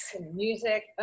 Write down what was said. music